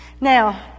Now